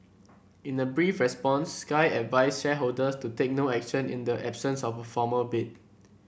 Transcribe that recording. in a brief response Sky advised shareholders to take no action in the absence of a formal bid